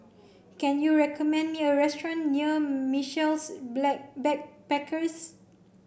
can you recommend me a restaurant near Michaels Black Backpackers